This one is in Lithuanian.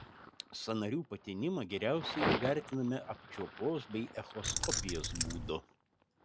sąnarių patinimą geriausiai įvertiname apčiuopos bei echoskopijos būdu